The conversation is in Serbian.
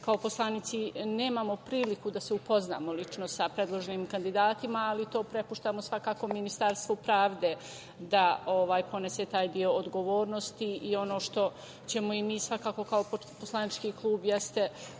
kao poslanici nemamo priliku da se upoznamo lično sa predloženim kandidatima, ali to prepuštamo svakako Ministarstvu pravde da ponese taj deo odgovornosti i ono što ćemo i mi, svakako kao poslanički klub,